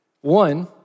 One